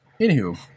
Anywho